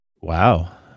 wow